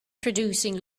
producing